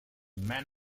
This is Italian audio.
man